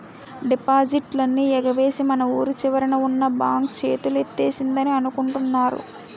డిపాజిట్లన్నీ ఎగవేసి మన వూరి చివరన ఉన్న బాంక్ చేతులెత్తేసిందని అనుకుంటున్నారు